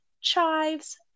chives